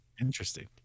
Interesting